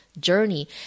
journey